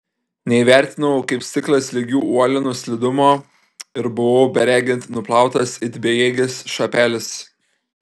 neįvertinau kaip stiklas lygių uolienų slidumo ir buvau beregint nuplautas it bejėgis šapelis